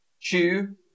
chew